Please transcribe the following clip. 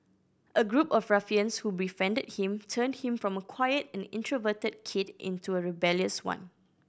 a group of ruffians who befriended him turned him from a quiet and introverted kid into a rebellious one